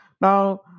now